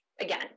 again